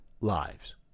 lives